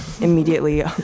immediately